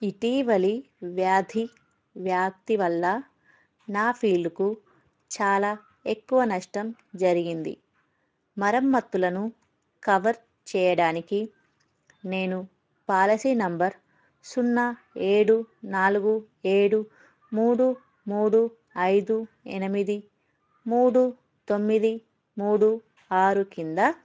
ఇటీవలి వ్యాధి వ్యాప్తి వల్ల నా ఫీల్డ్కు చాలా ఎక్కువ నష్టం జరిగింది మరమ్మతులను కవర్ చేయడానికి నేను పాలసీ నెంబర్ సున్నా ఏడు నాలుగు ఏడు మూడు మూడు ఐదు ఎనిమిది మూడు తొమ్మిది మూడు ఆరు కింద